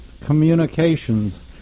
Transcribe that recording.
communications